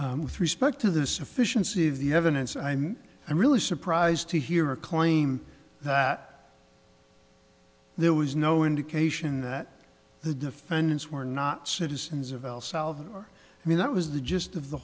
respect to the sufficiency of the evidence i mean i'm really surprised to hear a claim that there was no indication that the defendants were not citizens of el salvador i mean that was the gist of the